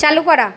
চালু করা